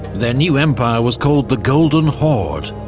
their new empire was called the golden horde,